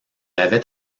avait